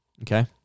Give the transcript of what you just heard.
Okay